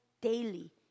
daily